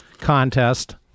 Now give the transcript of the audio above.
contest